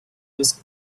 was